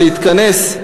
ולהתכנס,